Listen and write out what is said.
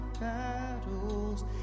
battles